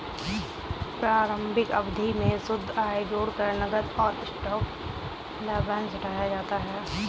प्रारंभिक अवधि में शुद्ध आय जोड़कर नकद तथा स्टॉक लाभांश घटाया जाता है